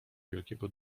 wielkiego